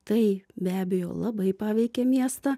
tai be abejo labai paveikė miestą